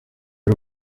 y’u